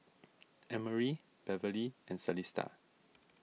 Emory Beverlee and Celesta